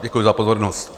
Děkuji za pozornost.